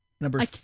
number